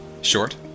Short